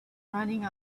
running